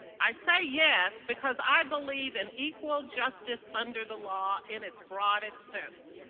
i say yes because i believe in equal justice under the law in its broadest sense.